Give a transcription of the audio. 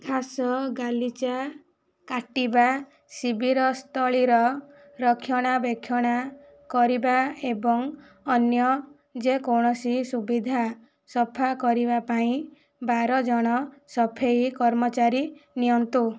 ଘାସ ଗାଲିଚା କାଟିବା ଶିବିର ସ୍ଥଳୀର ରକ୍ଷଣାବେକ୍ଷଣ କରିବା ଏବଂ ଅନ୍ୟ ଯେକୌଣସି ସୁବିଧା ସଫା କରିବା ପାଇଁ ବାରଜଣ ସଫେଇ କର୍ମଚାରୀ ନିଅନ୍ତୁ